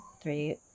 three